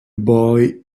boy